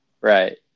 Right